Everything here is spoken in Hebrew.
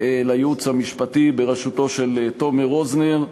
לייעוץ המשפטי בראשותו של תומר רוזנר.